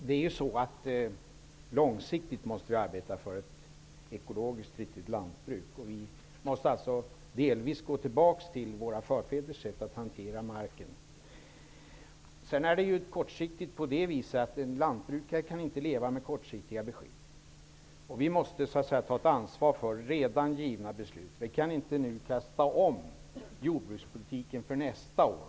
Fru talman! Långsiktigt måste vi arbeta för ett ekologiskt riktigt lantbruk. Vi måste alltså delvis gå tillbaka till våra förfäders sätt att hantera marken. En lantbrukare kan inte leva med kortsiktiga besked. Vi måste ta ett ansvar för redan givna beslut. Vi kan inte kasta om jordbrukspolitiken för nästa år.